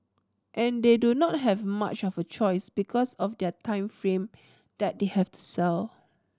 and they do not have much of a choice because of their time frame that they have to sell